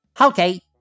Okay